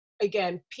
again